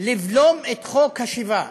לבלום את חוק השיבה,